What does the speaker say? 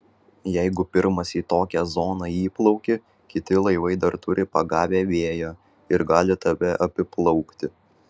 jeigu pirmas į tokią zoną įplauki kiti laivai dar turi pagavę vėją ir gali tave apiplaukti